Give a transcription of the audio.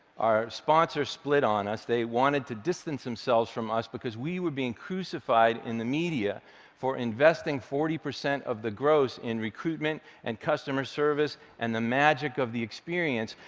our sponsors split on us. they wanted to distance themselves from us because we were being crucified in the media for investing forty percent of the gross in recruitment and customer service and the magic of the experience,